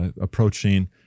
approaching